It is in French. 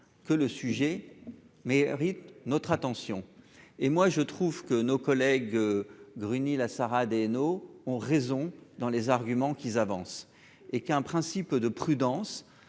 que le sujet mérite notre attention, et moi je trouve que nos collègues Gruny là Sarah No ont raison dans les arguments qu'ils avancent et qu'un principe de prudence,